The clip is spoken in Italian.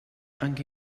anche